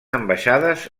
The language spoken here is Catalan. ambaixades